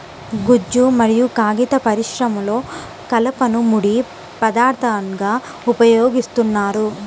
గుజ్జు మరియు కాగిత పరిశ్రమలో కలపను ముడి పదార్థంగా ఉపయోగిస్తున్నారు